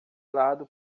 lado